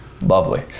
lovely